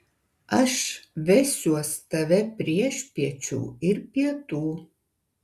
aš vesiuos tave priešpiečių ir pietų